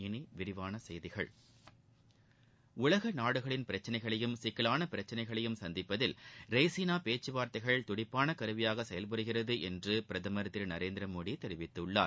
இனி விரிவான செய்திகள் உலக நாடுகளின் பிரச்சினைகளையும் கிக்கலான பிரச்சினைகளையும் சந்திப்பதில் ரெய்சினா பேச்கவார்த்தைகள் துடிப்பான கருவியாக செயல்புரிகிறது என்று பிரதமர் திரு நரேந்திர மோடி தெரிவித்துள்ளார்